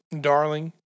darling